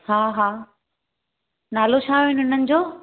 हा हा नालो छा हुयो हुननि जो